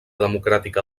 democràtica